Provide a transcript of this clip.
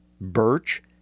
birch